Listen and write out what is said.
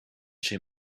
she